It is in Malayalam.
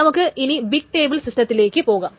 നമുക്ക് ഇനി ബിഗ് ടേബിൾ സിസ്റ്റത്തിലേക്കു പോകാം